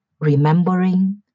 remembering